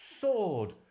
sword